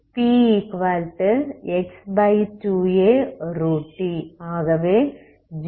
px2αt ஆகவே gpgx2αtQxt